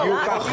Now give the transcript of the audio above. בדיוק כך.